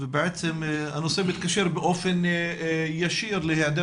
ובעצם הנושא מתקשר באופן ישיר להיעדר